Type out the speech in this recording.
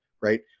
right